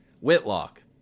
Whitlock